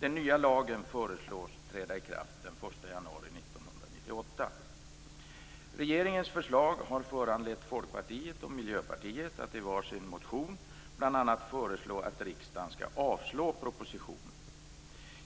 Den nya lagen föreslås träda i kraft den 1 januari 1998. Regeringens förslag har föranlett Folkpartiet och Miljöpartiet att i var sin motion bl.a. föreslå att riksdagen skall avslå propositionen.